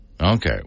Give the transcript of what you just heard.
Okay